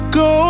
go